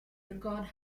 record